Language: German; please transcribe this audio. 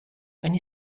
eine